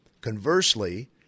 Conversely